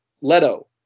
Leto